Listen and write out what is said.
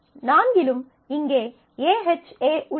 நான்கிலும் இங்கே AHA உள்ளது